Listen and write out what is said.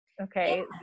Okay